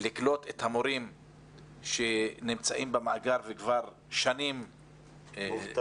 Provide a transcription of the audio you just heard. לקלוט את המורים שנמצאים במאגר וכבר שנים מובטלים.